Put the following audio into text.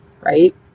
right